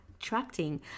attracting